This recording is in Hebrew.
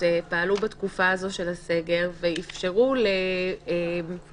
פעלו בתקופה הזו של הסגר ואפשרו לאנשים,